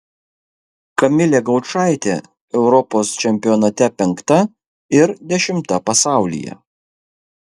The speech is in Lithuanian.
kamilė gaučaitė europos čempionate penkta ir dešimta pasaulyje